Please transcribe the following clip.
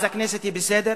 אז הכנסת היא בסדר,